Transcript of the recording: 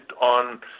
on